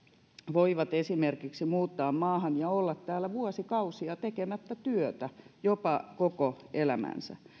voivat esimerkiksi muuttaa maahan ja olla täällä vuosikausia tekemättä työtä jopa koko elämänsä